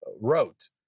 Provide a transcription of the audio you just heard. wrote